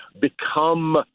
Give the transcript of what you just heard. Become